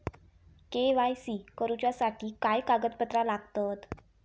KYC करूच्यासाठी काय कागदपत्रा लागतत?